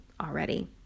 already